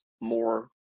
more